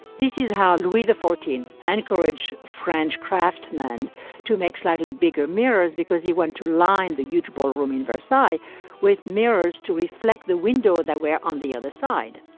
this is how and we, the fourteen anchorage french craftsmen, to make slightly bigger mirrors because you want to line the huge ballroom in vci with mirrors to reflect the window they wear. on the other side,